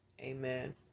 Amen